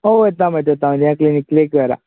ഓ എത്താന് പറ്റും എത്താന് പറ്റും ഞാൻ ക്ലിനിക്കിലേക്ക് വരാം